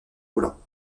volants